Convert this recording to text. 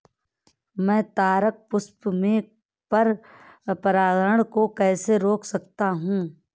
मैं तारक पुष्प में पर परागण को कैसे रोक सकता हूँ?